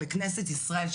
בכנסת ישראל,